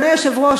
אדוני היושב-ראש,